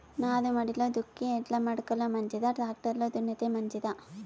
నారుమడిలో దుక్కి ఎడ్ల మడక లో మంచిదా, టాక్టర్ లో దున్నితే మంచిదా?